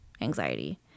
anxiety